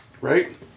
Right